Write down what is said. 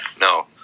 no